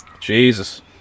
Jesus